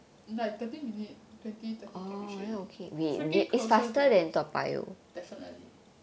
like thirty minute twenty thirty can reach already freaking closer definitely